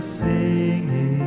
singing